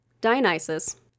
Dionysus